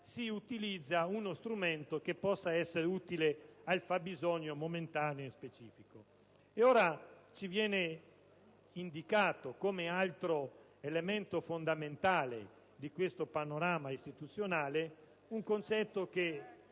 si utilizza uno strumento che possa essere utile al fabbisogno momentaneo e specifico. Ed ora ci viene indicato come altro elemento fondamentale di questo panorama istituzionale un concetto che